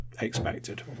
expected